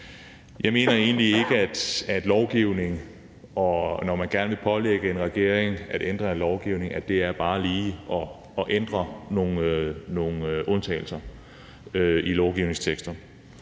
Jeg mener egentlig ikke, at når man gerne vil pålægge en regering at ændre en lovgivning, så er det bare lige at ændre nogle undtagelser i nogle lovgivningstekster,